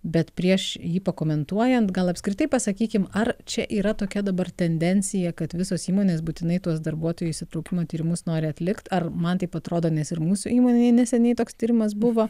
bet prieš jį pakomentuojant gal apskritai pasakykim ar čia yra tokia dabar tendencija kad visos įmonės būtinai tuos darbuotojų įsitraukimo tyrimus nori atlikti ar man taip atrodo nes ir mūsų įmonėj neseniai toks tyrimas buvo